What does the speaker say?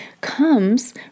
comes